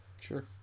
Sure